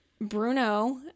Bruno